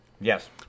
Yes